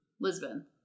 Lisbon